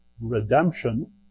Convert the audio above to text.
redemption